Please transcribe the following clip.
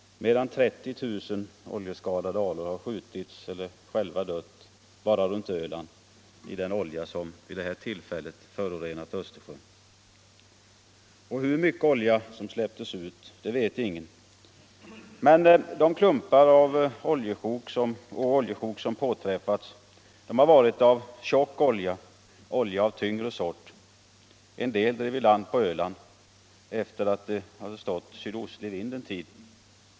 Mer än 30 000 oljeskadade alfåglar har skjutits eller själva dött bara runt Öland i den olja som vid det här tillfället förorenat Östersjön. Hur mycket olja som släpptes ut vet ingen. Men de klumpar och oljesjok som påträffats har varit av tjock olja, olja av tyngre sort. En del drev i land på Öland efter det att det hade rått sydostlig vind en tid.